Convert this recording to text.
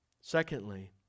Secondly